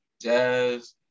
Jazz